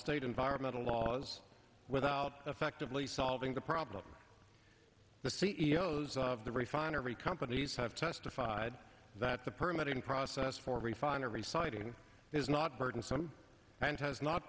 state environmental laws without effectively solving the problem the c e o s of the refinery companies have testified that the permit in process for refinery siting is not burdensome and has not